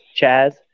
Chaz